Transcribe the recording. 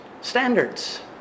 standards